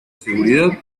seguridad